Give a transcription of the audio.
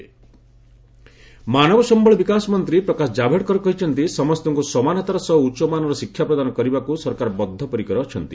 HRD ମାନବ ସମ୍ଭଳ ବିକାଶ ମନ୍ତ୍ରୀ ପ୍ରକାଶ କାଭଡେକର କହିଛନ୍ତି ସମସ୍ତଙ୍କୁ ସମାନତର ସହ ଉଚ୍ଚମାନର ଶିକ୍ଷା ପ୍ରଦାନ କରିବାକୁ ସରକାର ବଦ୍ଧପରିକର ଅଛନ୍ତି